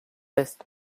best